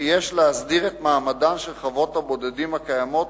וכי יש להסדיר את מעמדן של חוות הבודדים הקיימות,